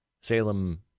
Salem